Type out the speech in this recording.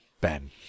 Ben